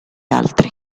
altri